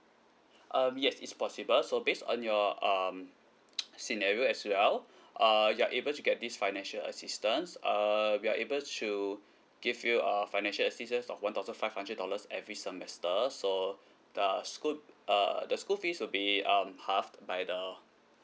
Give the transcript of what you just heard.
um yes it's possible so based on your um scenario as well uh you're able to get this financial assistance err we are able to give you a financial assistance of one thousand five hundred dollars every semester so the school uh the school fees will be um halved by the